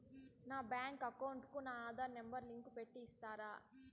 నా bank account కు నా ఆధార్ నెంబర్ లింకు పెట్టి ఇస్తారా?